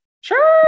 Sure